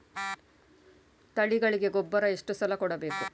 ತಳಿಗಳಿಗೆ ಗೊಬ್ಬರ ಎಷ್ಟು ಸಲ ಕೊಡಬೇಕು?